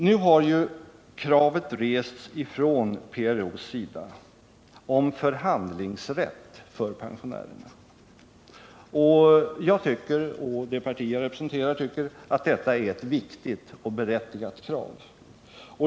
Nu har ju kravet rests från PRO:s sida om förhandlingsrätt för pensionärerna, och jag och det parti jag representerar tycker att detta är ett viktigt och berättigat krav.